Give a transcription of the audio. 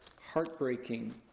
heartbreaking